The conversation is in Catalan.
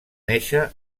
néixer